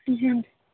जी